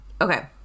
Okay